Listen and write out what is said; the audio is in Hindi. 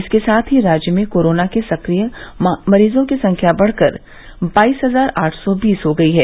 इसके साथ ही राज्य में कोरोना के सक्रिय मरीजों की संख्या बढ़कर बाईस हजार आठ सौ बीस हो गयी है